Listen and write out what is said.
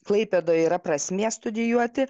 klaipėdoj yra prasmė studijuoti